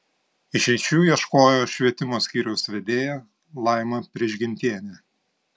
išeičių ieškojo švietimo skyriaus vedėja laima prižgintienė